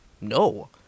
No